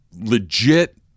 legit